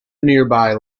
nearby